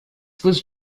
was